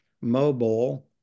mobile